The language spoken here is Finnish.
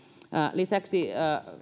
lisäksi